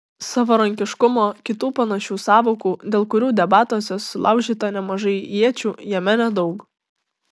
savarankiškumo kitų panašių sąvokų dėl kurių debatuose sulaužyta nemažai iečių jame nedaug